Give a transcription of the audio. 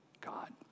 God